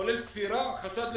כולל חשד לתפירה.